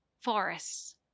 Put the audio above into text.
forests